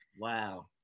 Wow